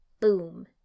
Boom